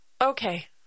okay